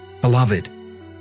Beloved